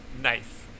nice